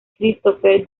christopher